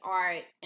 art